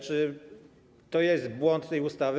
Czy to jest błąd tej ustawy?